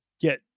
get